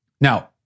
Now